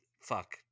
Fuck